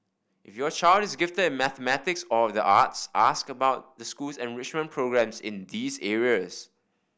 if your child is gifted in mathematics or the arts ask about the school's enrichment programmes in these areas